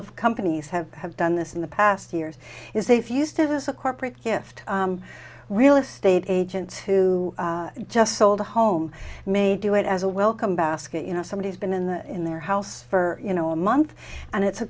of companies have have done this in the past years is if used as a corporate gift real estate agents who just sold a home may do it as a welcome basket you know somebody has been in the in their house for you know a month and it's a